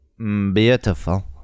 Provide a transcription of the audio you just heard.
Beautiful